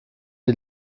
die